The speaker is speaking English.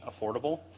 affordable